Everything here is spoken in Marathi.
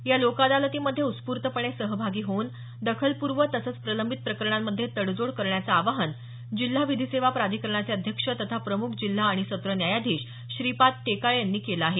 या लोकअदालतीमध्ये उत्स्फूर्तपणे सहभागी होऊन दाखलपूर्व तसंच प्रलंबित प्रकरणांमध्ये तडजोड करण्याचं आवाहन जिल्हा विधी सेवा प्राधिकरणाचे अध्यक्ष तथा प्रमुख जिल्हा आणि सत्र न्यायाधीश श्रीपाद टेकाळे यांनी केलं आहे